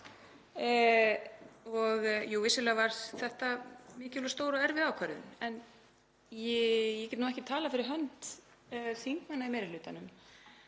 Jú, vissulega var það mikil og stór og erfið ákvörðun. Ég get ekki talað fyrir hönd þingmanna í meiri hlutanum